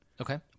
Okay